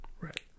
Right